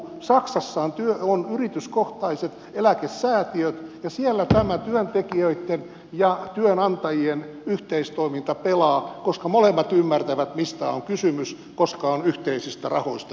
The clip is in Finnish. saksassa on yrityskohtaiset eläkesäätiöt ja siellä tämä työntekijöitten ja työnantajien yhteistoiminta pelaa koska molemmat ymmärtävät mistä on kysymys koska on yhteisistä rahoista kysymys